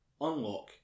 unlock